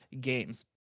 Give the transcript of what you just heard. games